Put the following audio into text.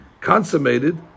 consummated